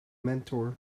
mentor